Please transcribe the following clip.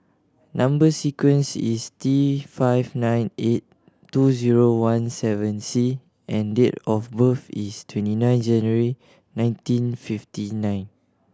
number sequence is T five nine eight two zero one seven C and date of birth is twenty nine January nineteen fifty nine